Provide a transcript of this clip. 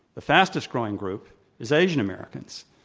the fastest growing group is asian americans,